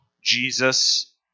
Jesus